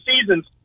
seasons